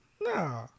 No